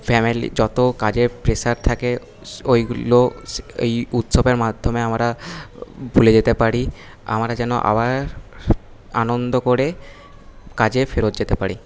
family যত কাজের pressure থাকে ওইগুলো এই উৎসবের মাধ্যমে আমরা ভুলে যেতে পারি আমরা যেন আবার আনন্দ করে কাজে ফেরত যেতে পারি